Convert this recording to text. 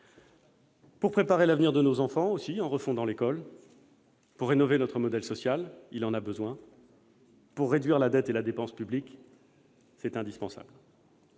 pour préparer l'avenir de nos enfants en refondant l'école, pour rénover notre modèle social- il en a besoin -, pour réduire la dette et la dépense publique- c'est indispensable.